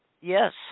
Yes